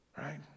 Right